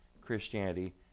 Christianity